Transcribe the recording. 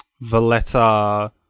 Valletta